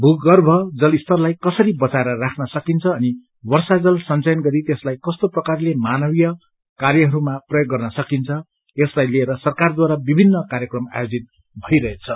भू गर्भ जलस्तरलाई कसरी बचाएर राख्न सकिन्छ अनि वर्षा जल संचयन गरी त्यसलाई कस्तो प्रकारले मानवीय कार्यहरूमा प्रयोग गर्न सकिन्छ यसलाई लिएर सरकारद्वारा विभिन्न कार्यक्रम आयोजित भइरहेछ